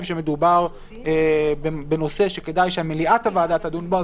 שמדובר בנושא שכדאי שמליאת הוועדה תדון בו,